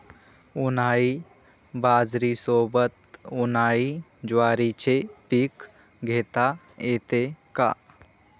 उन्हाळी बाजरीसोबत, उन्हाळी ज्वारीचे पीक घेता येते का?